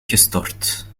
gestort